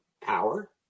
power